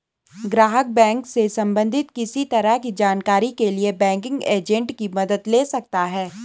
ग्राहक बैंक से सबंधित किसी तरह की जानकारी के लिए बैंकिंग एजेंट की मदद ले सकता है